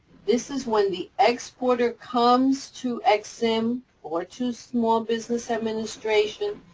this is when the exporter comes to ex-im or to small business administration,